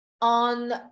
on